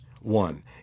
One